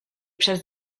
przez